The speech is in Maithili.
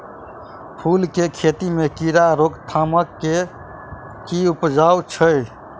फूल केँ खेती मे कीड़ा रोकथाम केँ की उपाय छै?